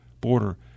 border